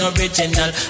Original